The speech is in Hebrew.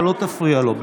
אתה לא תפריע לו.